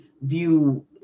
view